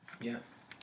Yes